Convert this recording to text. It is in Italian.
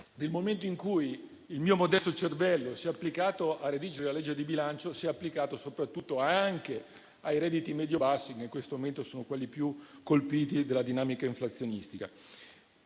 nel momento in cui il mio modesto cervello si è applicato a redigere la legge di bilancio, si è applicato soprattutto ai redditi medio-bassi, che in questo momento sono quelli più colpiti dalla dinamica inflazionistica.